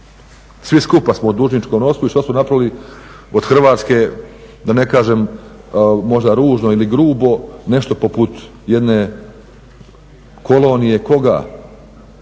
svi skupa smo u dužničkom ropstvu i što smo napravili od Hrvatske, da ne kažem možda ružno ili grubo, nešto poput jedne kolonije koga,